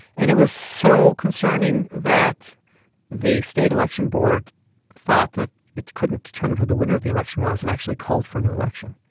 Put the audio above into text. and it was so concerning that the state election board thought that it couldn't determine who the winner of the election was and actually called for new election.